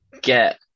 get